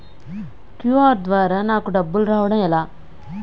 QR ద్వారా నాకు డబ్బులు రావడం ఎలా?